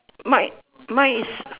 my my is